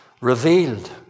Revealed